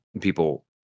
people